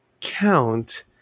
count